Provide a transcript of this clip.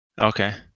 Okay